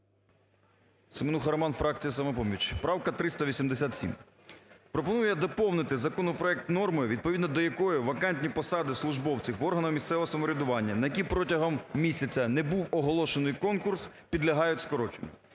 Семенуха Роман, фракція "Самопоміч". Правка 387 пропонує доповнити законопроект нормою, відповідно до якої вакантні посади службовців в органах місцевого самоврядування, на які протягом місяця не був оголошений конкурс, підлягають скороченню.